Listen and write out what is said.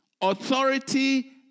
Authority